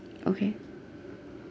okay